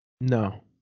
no